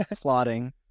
plotting